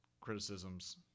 criticisms